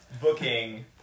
booking